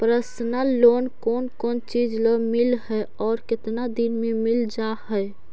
Personal loan कोन कोन चिज ल मिल है और केतना दिन में मिल जा है?